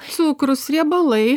cukrus riebalai